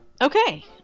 okay